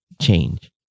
change